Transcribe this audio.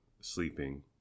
sleeping